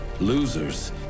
Losers